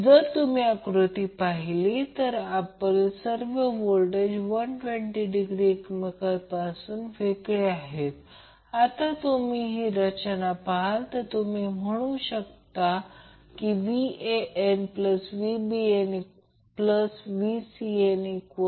अशा प्रकारे आपण सिद्धांतात पाहिले आहे एकूण इम्पेडन्स Zg ZL Zg हा 10 j 20 असेल आणि ZL हा 10 j 20 असेल म्हणून j 20 j 20 रद्द होते ते 20 Ω असेल